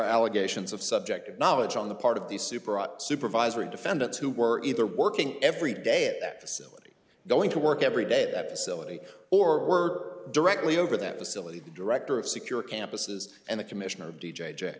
allegations of subjective knowledge on the part of these super supervisory defendants who were either working every day at that facility going to work every day that facility or were directly over that facility director of secure campuses and the commissioner of d j